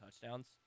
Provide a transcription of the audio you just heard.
touchdowns